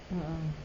ah ah